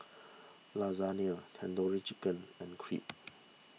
Lasagne Tandoori Chicken and Crepe